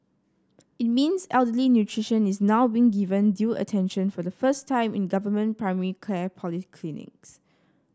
it means elderly nutrition is now being given due attention for the first time in government primary care polyclinics